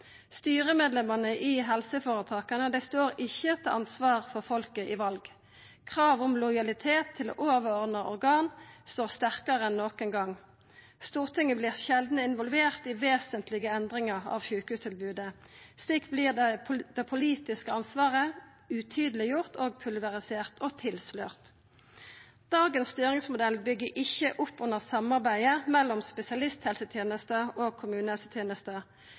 Styremedlemene i helseføretaka står ikkje til ansvar overfor folket ved val. Krav om lojalitet til overordna organ står sterkare enn nokon gong. Stortinget vert sjeldan involvert i vesentlege endringar i sjukehustilbodet. Slik vert det politiske ansvaret utydeleggjort, pulverisert og tilslørt. Dagens styringsmodell byggjer ikkje opp under samarbeidet mellom spesialisthelsetenesta og kommunehelsetenesta.